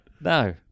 No